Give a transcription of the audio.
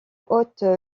haute